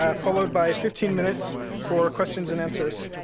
ah followed by fifteen minutes for questions and answers.